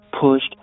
pushed